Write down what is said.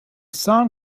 song